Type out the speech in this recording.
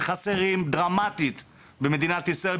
שחסרים דרמטית במדינת ישראל,